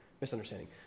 misunderstanding